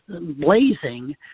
blazing